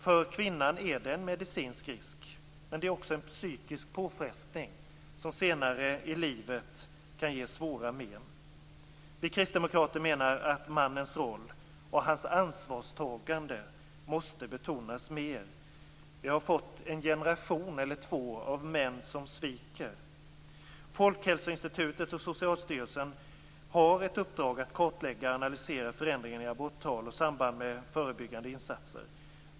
För kvinnan är det en medicinsk risk, men det är också en psykisk påfrestning, som senare i livet kan ge svåra men. Vi kristdemokrater menar att mannens roll och hans ansvarstagande måste betonas mer. Vi har fått en eller två generationer av män som sviker. Folkhälsoinstitutet och Socialstyrelsen har ett uppdrag att kartlägga och analysera förändringen i aborttal och samband med förebyggande insatser.